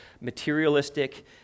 materialistic